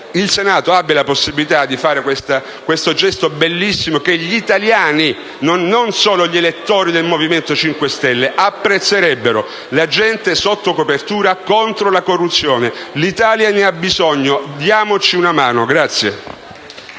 il Senato abbia la possibilità di compiere questo gesto bellissimo che gli italiani, non solo gli elettori del Movimento 5 Stelle, apprezzerebbero: l'agente sotto copertura contro la corruzione. L'Italia ne ha bisogno, diamoci una mano.